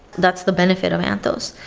that's the benefit of anthos.